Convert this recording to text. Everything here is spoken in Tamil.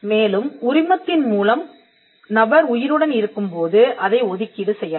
மேலும் உரிமத்தின் மூலம் நபர் உயிருடன் இருக்கும்போது அதை ஒதுக்கீடு செய்யலாம்